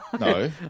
No